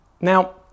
Now